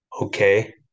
okay